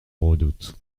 redoute